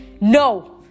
no